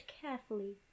carefully